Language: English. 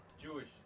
Jewish